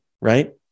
right